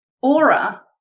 aura